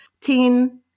teen